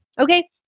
Okay